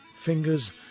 fingers